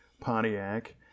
Pontiac